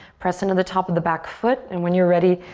press into the top of the back foot and when you're ready,